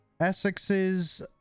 Essex's